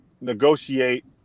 negotiate